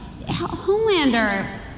Homelander